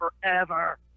forever